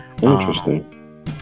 interesting